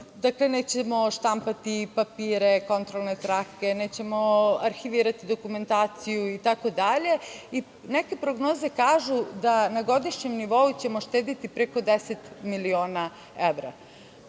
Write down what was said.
što nećemo štampati papire, kontrolne trake, nećemo arhivirati dokumentaciju itd. Neke prognoze kažu da na godišnjem nivou ćemo uštedeti preko 10 miliona evra. Ono